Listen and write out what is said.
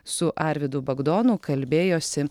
su arvydu bagdonu kalbėjosi